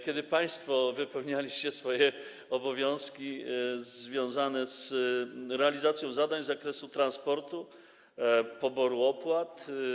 kiedy to państwo wypełnialiście swoje obowiązki związane z realizacją zadań z zakresu transportu, poboru opłat.